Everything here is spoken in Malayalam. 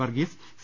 വർഗീസ് സി